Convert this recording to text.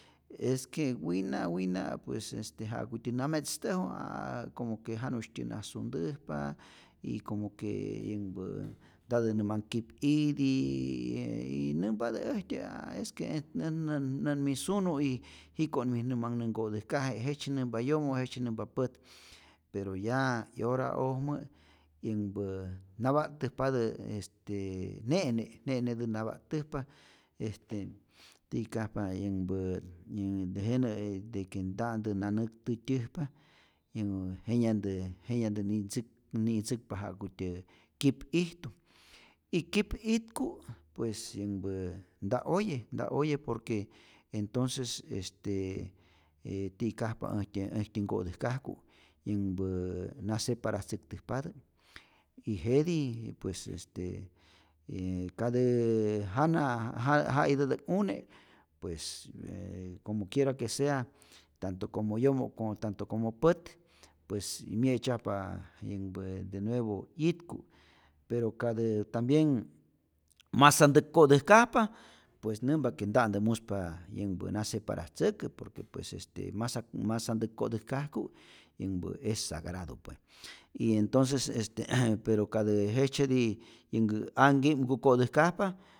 Es que wina wina' pues este ja'kutyä na me'tztäju a como quee janu'sytyä na suntäjpa y como que yänhpä ntatä nä manh kip'iti, yyyy y nämpatä äjtyä, a es que nän nän nä't mi sunu y jiko'ni nä manh nä nkotäjkaje, jejtzye nämpa yomo jejtzye nämpa pät, pero ya 'yora'ojmä yanhpä na pa'ttäjpatä, este ne'ne, ne'netä na pa'täjpa, este ti'kajpa yänhpä tejenä de que nta'ntä na näktätyäjpa yänhä jenyantä jenyantä ni'tzäk ni'tzäkpa ja'kutyä kip'ijtu, y kip'itku pues yänhpa nta oye, nta oye por que entonces este ti'kajpa äjtyä äjtyä nko'täjkajku', yänhpa na separatzäktäjpatä y jetij pues este yä katä jana ja ja'itätäk une' pues yä como quiera que sea tanto como yomo como tanto como pät pues mye'tzyajpa yänhpä de nuevo 'yitku, pero katä tambien masantäk kotäjkajpa pues nämpa que nta'ntä muspa na separatzäkä, por que pues este masat masantäk kotäjkajku yänhpä es sagrado pue y entonces este pero katä jejtzyeti yänhä anhki'mku ko'täjkajpa